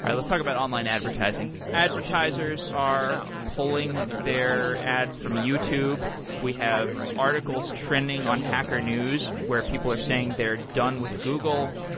let's talk about online advertising. advertisers are pulling their ads from youtube. we have articles trending on hacker news where people are saying they're done with google.